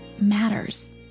matters